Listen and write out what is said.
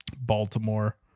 Baltimore